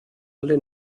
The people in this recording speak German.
alle